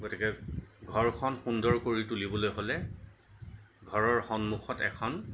গতিকে ঘৰখন সুন্দৰ কৰি তুলিবলৈ হ'লে ঘৰৰ সন্মুখত এখন